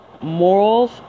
morals